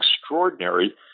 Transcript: extraordinary